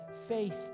faith